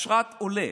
אשרת עולה.